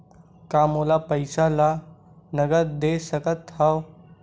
का मोला पईसा ला नगद दे सकत हव?